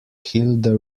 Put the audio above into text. hilda